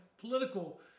political